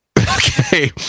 Okay